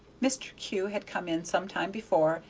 mr. kew had come in some time before,